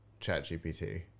ChatGPT